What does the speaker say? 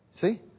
See